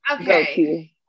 Okay